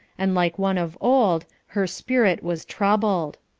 and like one of old, her spirit was troubled.